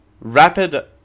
Rapid